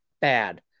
bad